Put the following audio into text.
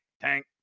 tank